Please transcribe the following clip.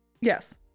Yes